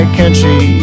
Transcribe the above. country